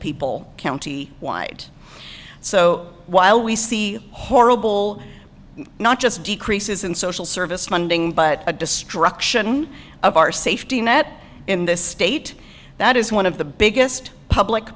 people county wide so while we see horrible not just decreases in social service funding but a destruction of our safety net in this state that is one of the biggest public